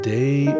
day